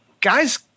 guys